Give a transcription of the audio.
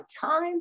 time